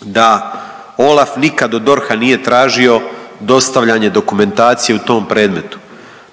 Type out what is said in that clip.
da OLAF nikad od DORH-a nije tražio dostavljanje dokumentacije u tom predmetu.